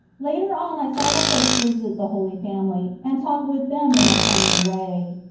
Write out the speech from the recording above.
later on i saw the hosts visit the holy family and talk with them in a friendly way.